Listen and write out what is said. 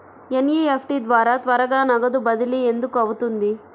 NEFT ద్వారా త్వరగా నగదు బదిలీ ఎందుకు అవుతుంది?